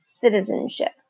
citizenship